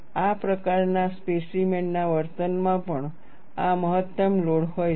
આ પ્રકારના સ્પેસીમેન ના વર્તનમાં પણ આ મહત્તમ લોડ હોય છે